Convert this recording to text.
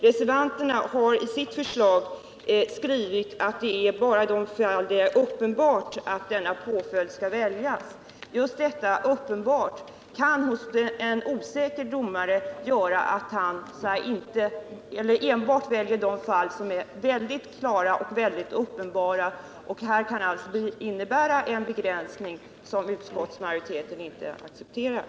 Reservanterna har i sitt förslag skrivit att villkorlig dom får ådömas även om personundersökning ej ägt rum om det ”är uppenbart att denna påföljd skall väljas”. Detta ”uppenbart” kan medföra att en osäker domare väljer bara de fall som är väldigt klara och uppenbara. Formuleringen kan alltså innebära en begränsning som utskottsmajoriteten inte accepterar.